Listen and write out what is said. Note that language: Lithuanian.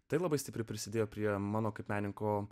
tai labai stipriai prisidėjo prie mano kaip menininko